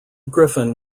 griffin